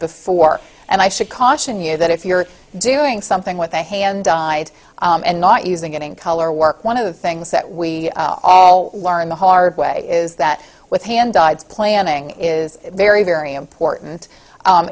before and i should caution you that if you're doing something with a hand side and not using it in color work one of the things that we learn the hard way is that with hand dyed planning is very very important